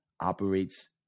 operates